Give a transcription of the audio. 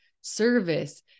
service